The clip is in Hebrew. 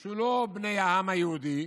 שהוא לא בני העם היהודי,